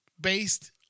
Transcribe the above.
based